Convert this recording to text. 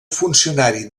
funcionari